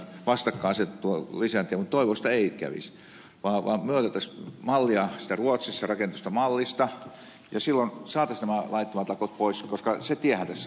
mutta toivoisi että niin ei kävisi vaan me ottaisimme mallia siitä ruotsissa rakennetusta mallista ja saisimme nämä laittomat lakot pois koska se tiehän tässä on